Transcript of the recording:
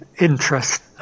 interest